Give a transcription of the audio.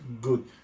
good